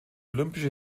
olympische